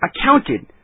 accounted